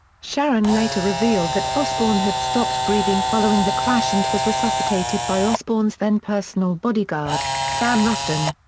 sharon later revealed that osbourne had stopped breathing following the crash and was resuscitated by osbourne's then personal bodyguard, sam ruston.